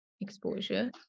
Exposure